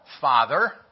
Father